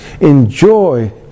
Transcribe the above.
Enjoy